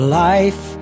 life